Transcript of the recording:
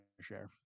share